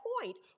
point